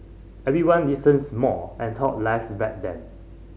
everyone listens more and talked less back then